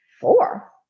four